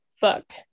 book